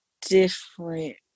different